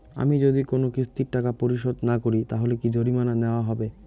আমি যদি কোন কিস্তির টাকা পরিশোধ না করি তাহলে কি জরিমানা নেওয়া হবে?